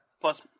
Plus